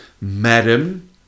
madam